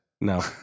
No